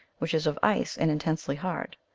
which is of ice, and intensely hard.